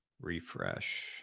Refresh